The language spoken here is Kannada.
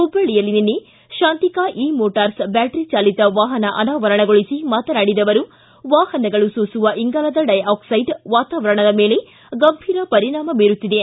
ಹುಬ್ಬಳ್ಳಿಯಲ್ಲಿ ನಿನ್ನೆ ಶಾಂತಿಕಾ ಇ ಮೋಟರ್ಸ್ ಬ್ಯಾಟರಿ ಚಾಲಿತ ವಾಹನ ಅನಾವರಣಗೊಳಿಸಿ ಮಾತನಾಡಿದ ಅವರು ವಾಹನಗಳು ಸೂಸುವ ಇಂಗಾಲದ ಡೈ ಆಕ್ಸೈಡ್ ವಾತಾವರಣದ ಮೇಲೆ ಗಂಭೀರ ಪರಿಣಾಮ ಬೀರುತ್ತಿದೆ